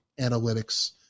analytics